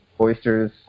oysters